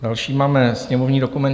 Další máme sněmovní dokument 2334.